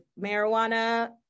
marijuana